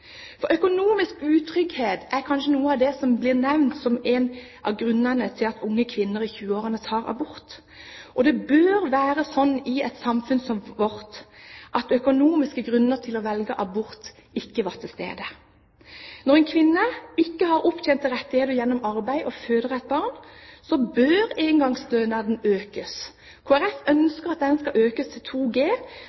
økonomisk. Økonomisk utrygghet er noe av det som blir nevnt som en av grunnene til at unge kvinner i 20-årene tar abort. Det burde være slik i et samfunn som vårt at økonomiske grunner til å velge abort ikke var til stede. Når en kvinne ikke har opptjente rettigheter gjennom arbeid og føder et barn, bør engangsstønaden økes.